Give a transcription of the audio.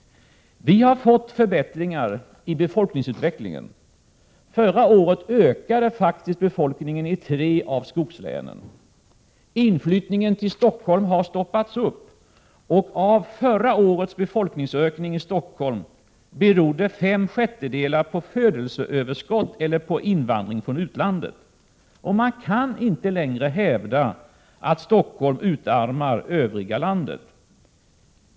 Vi har kunnat konstatera en förbättring i befolkningsutvecklingen. Förra året ökade faktiskt befolkningen i tre av skogslänen. Inflyttningen till Stockholm har stoppats. Av förra årets befolkningsökning i Stockholm berodde fem sjättedelar på födelseöverskott eller på invandring från utlandet. Man kan inte längre hävda att Stockholm utarmar det övriga landet.